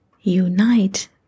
unite